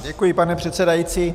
Děkuji, pane předsedající.